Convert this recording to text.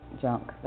junk